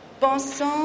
pensant